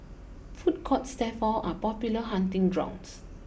food courts therefore are popular hunting grounds